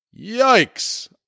Yikes